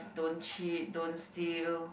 don't cheat don't steal